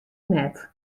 net